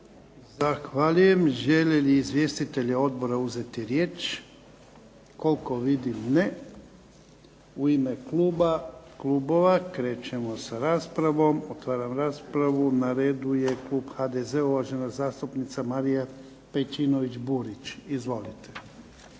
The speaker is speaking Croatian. Zahvaljujem. Žele li izvjestitelji odbora uzeti riječ? Koliko vidim ne. U ime klubova krećemo sa raspravom. Otvaram raspravu. Na redu je klub HDZ-a, uvažena zastupnica Marija Pejčinović Burić.